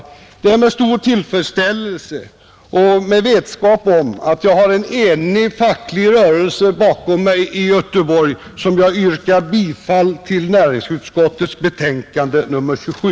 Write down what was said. Det är med stor tillfredsställelse och med vetskap om att jag har bakom mig en enig facklig rörelse i Göteborg som jag yrkar bifall till näringsutskottets betänkande nr 27.